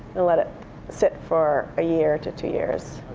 and let it sit for a year to two years.